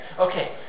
Okay